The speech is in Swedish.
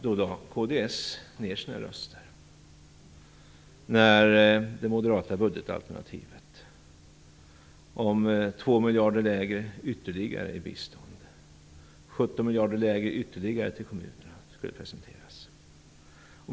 Då lade kds ned sina röster när det moderata budgetalternativet om ytterligare två miljarder mindre i bistånd och ytterligare 17 miljarder mindre till kommunerna skulle presenteras.